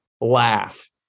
laugh